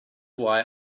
why